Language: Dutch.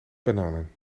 bananen